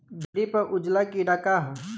भिंडी पर उजला कीड़ा का है?